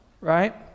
right